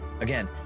Again